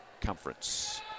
Conference